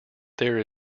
there